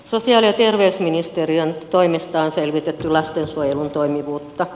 sosiaali ja terveysministeriön toimesta on selvitetty lastensuojelun toimivuutta